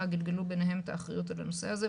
גלגלו ביניהם את האחריות על הנושא הזה.